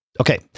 Okay